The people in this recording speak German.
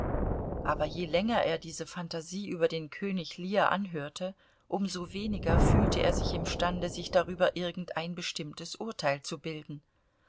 aber je länger er diese phantasie über den könig lear anhörte um so weniger fühlte er sich imstande sich darüber irgendein bestimmtes urteil zu bilden